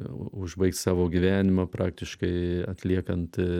užbaigt savo gyvenimą praktiškai atliekant